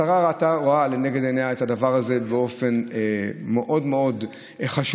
השרה ראתה ורואה לנגד עיניה את הדבר הזה באופן מאוד מאוד חשוב.